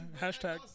hashtag